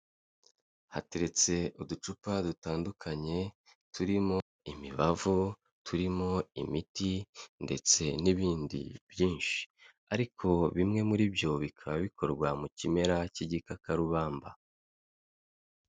Hateretse uducupa dutandukanye turimo imibavu, turimo imiti ndetse n'ibindi byinshi, ariko bimwe muri byo bikaba bikorwa mu kimera cy'igikakarubamba.